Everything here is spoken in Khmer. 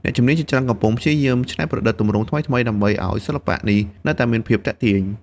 អ្នកជំនាញជាច្រើនកំពុងព្យាយាមច្នៃប្រឌិតទម្រង់ថ្មីៗដើម្បីឱ្យសិល្បៈនេះនៅតែមានភាពទាក់ទាញ។